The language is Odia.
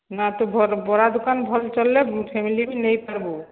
ନା ତୁ ବରା ଦୋକାନ ଭଲ୍ ଚଲିଲେ ଫେମିଲି ବି ନେଇ ପାରବୁ